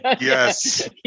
Yes